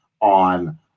on